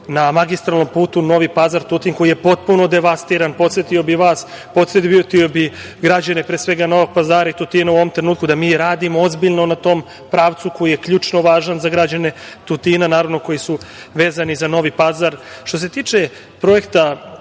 na magistralnom putu Novi Pazar-Tutin koji je potpuno devastiran. Podsetio bih vas, podsetio bih građane pre svega Novog Pazara i Tutina u ovom trenutku da mi radimo ozbiljno na tom pravcu koji je ključno važan za građane Tutina, naravno koji su vezani za Novi Pazar. Što se tiče projekta